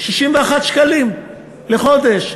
61 שקלים לחודש.